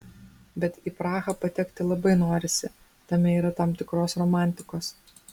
bet į prahą patekti labai norisi tame yra tam tikros romantikos